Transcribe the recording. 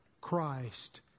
Christ